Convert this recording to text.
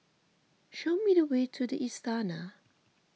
show me the way to the Istana